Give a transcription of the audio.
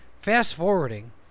fast-forwarding